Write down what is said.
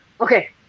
okay